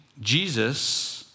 Jesus